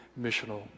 missional